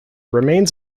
remains